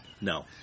No